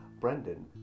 Brendan